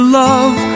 love